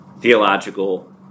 theological